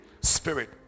spirit